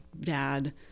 dad